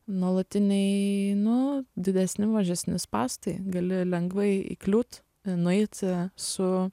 nuolatiniai nu didesni mažesni spąstai gali lengvai įkliūt nueit su